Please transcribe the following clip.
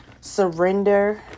surrender